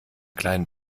kleinen